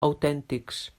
autèntics